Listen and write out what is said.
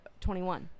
21